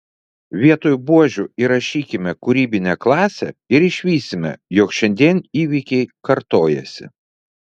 vietoj buožių įrašykime kūrybinė klasė ir išvysime jog šiandien įvykiai kartojasi